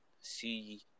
see